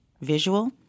visual